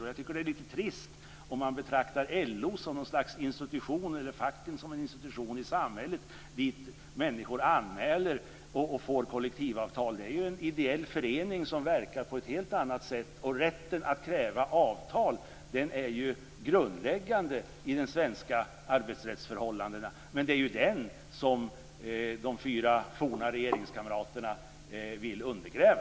Jag tycker att det är lite trist om man betraktar LO eller facken som något slags institution i samhället dit människor lämnar in en anmälan för att få kollektivavtal. Det är en ideell förening som verkar på ett helt annat sätt. Rätten att kräva avtal är grundläggande i svenska arbetsrättsförhållanden. Det är den som de fyra forna regeringskamraterna vill undergräva.